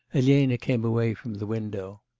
elena came away from the window.